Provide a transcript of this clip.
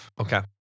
Okay